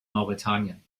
mauretanien